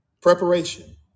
Preparation